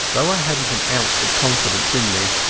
though i hadnat an ounce of confidence in me,